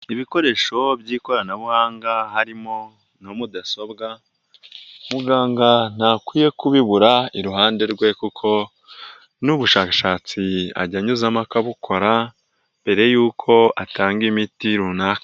Ibikoresho by'ikoranabuhanga harimo nka mudasobwa, muganga ntakwiye kubibura iruhande rwe kuko n'ubushakashatsi ajya anyuzamo akabukora mbere y'uko atanga imiti runaka.